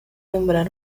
lembrar